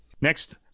Next